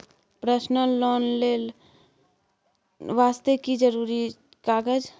Personal loan ले वास्ते की जरुरी कागज?